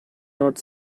not